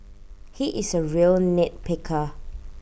he is A real nit picker